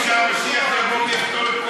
האדם הפלסטיני, היהודי, היהודייה,